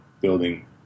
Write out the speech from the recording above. building